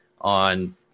on